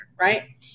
right